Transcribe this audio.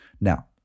Now